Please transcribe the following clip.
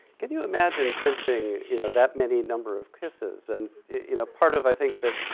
can you imagine printing, you know, that many number of kisses? and, you know, part of, i think, that,